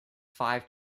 five